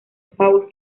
paul